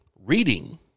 reading